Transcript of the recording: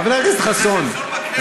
זה לא בסדר.